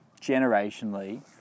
generationally